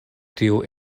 tiu